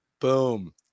Boom